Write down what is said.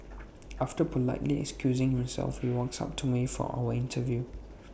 after politely excusing himself he walks up to me for our interview